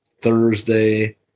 Thursday